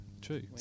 True